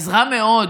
אז רע מאוד.